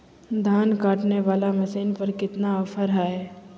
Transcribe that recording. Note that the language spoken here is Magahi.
धान काटने वाला मसीन पर कितना ऑफर हाय?